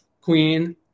queen